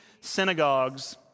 synagogues